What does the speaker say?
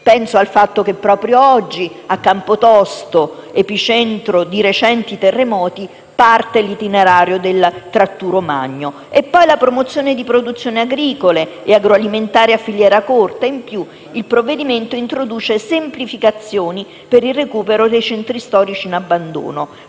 proprio al fatto che oggi a Campotosto, epicentro di recenti terremoti, parte l'itinerario del Tratturo Magno. Poi c'è la promozione di produzioni agricole e agroalimentari a filiera corta. In più, il provvedimento introduce semplificazioni per il recupero dei centri storici in abbandono.